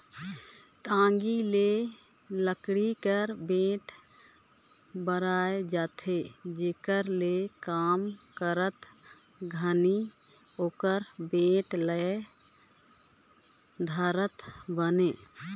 टागी मे लकरी कर बेठ धराए रहथे जेकर ले काम करत घनी ओकर बेठ ल धरत बने